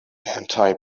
anti